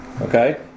okay